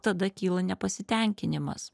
tada kyla nepasitenkinimas